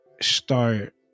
start